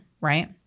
right